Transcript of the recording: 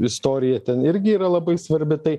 istorija ten irgi yra labai svarbi tai